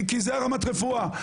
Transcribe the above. כי זו רמת הרפואה.